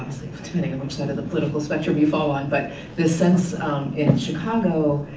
depending on which end of the political spectrum you fall on. but this sense in chicago,